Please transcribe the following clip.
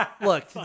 look